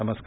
नमस्कार